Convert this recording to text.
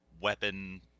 weapon